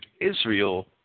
Israel